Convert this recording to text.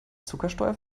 zuckersteuer